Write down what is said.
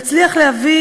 יצליח להביא